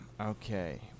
Okay